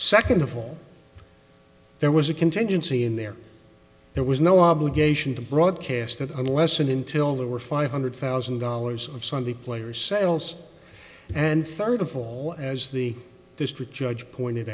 second of all there was a contingency in there there was no obligation to broadcast that unless and until there were five hundred thousand dollars of sunday player sales and third of all as the district judge pointed